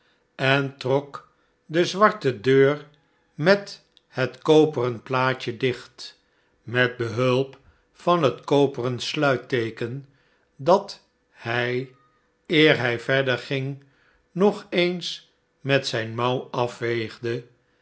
en trok de zwarte deur met het koperen plaatje dicht met bebulp van het koperen sluitteeken dat hij eer hij verder ging nog eens met zijn mouw